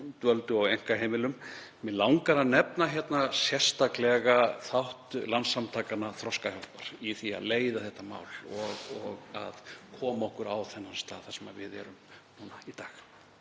dvöldu á einkaheimilum. Mig langar að nefna sérstaklega þátt Landssamtakanna Þroskahjálpar í því að leiða þetta mál og að koma okkur á þann stað þar sem við erum núna í dag.